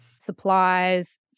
supplies